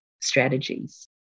strategies